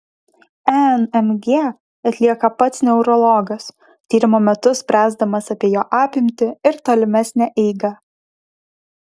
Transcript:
enmg atlieka pats neurologas tyrimo metu spręsdamas apie jo apimtį ir tolimesnę eigą